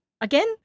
Again